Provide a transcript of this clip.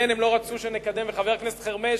כן, הם לא רצו שנקדם, וחבר הכנסת חרמש,